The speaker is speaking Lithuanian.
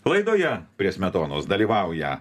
laidoje prie smetonos dalyvauja